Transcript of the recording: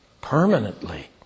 permanently